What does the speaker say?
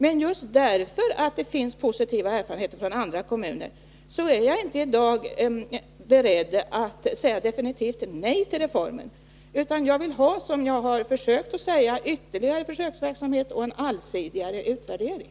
Men just därför att det finns positiva erfarenheter från andra kommuner är jag i dag inte beredd att säga definitivt nej till reformen. Utan jag vill, som jag försökt framhålla, ha ytterligare försöksverksamhet och en allsidigare utvärdering.